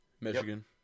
Michigan